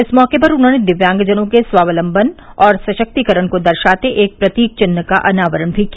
इस मौके पर उन्होंने दिव्यांगजनों के स्वावलम्बन और सशक्तिकरण को दर्शाते एक प्रतीक चिन्ह का अनावरण भी किया